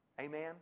Amen